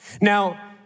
Now